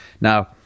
Now